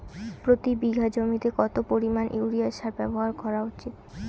প্রতি বিঘা জমিতে কত পরিমাণ ইউরিয়া সার ব্যবহার করা উচিৎ?